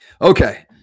Okay